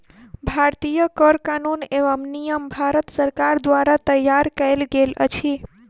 भारतीय कर कानून एवं नियम भारत सरकार द्वारा तैयार कयल गेल अछि